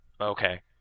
Okay